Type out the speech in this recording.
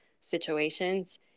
situations